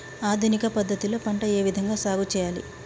ఆధునిక పద్ధతి లో పంట ఏ విధంగా సాగు చేయాలి?